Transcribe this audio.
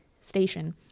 station